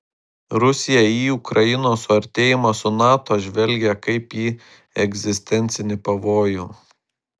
rusiją į ukrainos suartėjimą su nato žvelgia kaip į egzistencinį pavojų